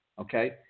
okay